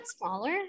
smaller